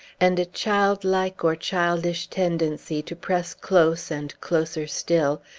and a childlike or childish tendency to press close, and closer still,